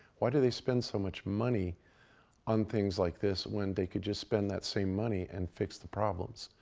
why do they spend so much money on things like this, when they could just spend that same money and fix the problems?